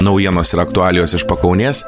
naujienos ir aktualijos iš pakaunės